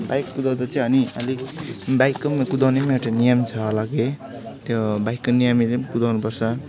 bike कुदाउँदा चाहिँ अनि अलिक बाइको पनि कुदाउने पनि एउटा नियम छ होला केही त्यो बाइकको नियमहरू पनि कुदाउनु पर्छ